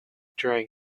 during